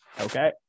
Okay